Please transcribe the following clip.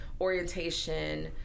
orientation